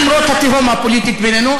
למרות התהום הפוליטית בינינו,